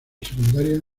secundaria